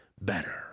better